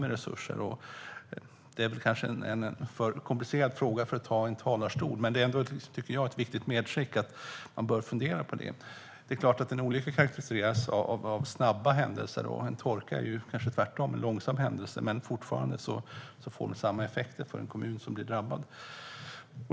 Det är kanske en för komplicerad fråga för att ta i en talarstol, men det är ändå ett viktigt medskick, tycker jag, att man får se till att fundera på det. En olycka karaktäriseras av snabba händelser, och en torka är kanske tvärtom en långsam händelse, men fortfarande blir det samma effekter för en kommun som blir drabbad.